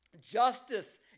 Justice